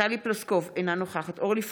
טלי פלוסקוב, אינה נוכחת אורלי פרומן,